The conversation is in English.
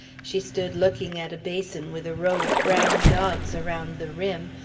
she stood looking at a basin with a row of brown dogs around the rim,